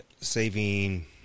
saving